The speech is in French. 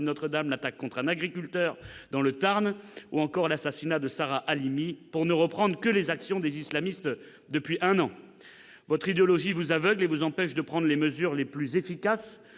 de Notre-Dame, l'attaque contre un agriculteur dans le Tarn ou encore l'assassinat de Sarah Halimi, pour ne reprendre que les actions des islamistes depuis un an ! Votre idéologie vous aveugle, et vous empêche de prendre les mesures les plus efficaces